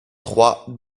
trois